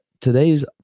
today's